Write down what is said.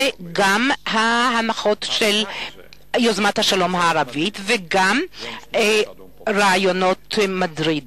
וגם על ההנחות של יוזמת השלום הערבית וגם על עקרונות מדריד.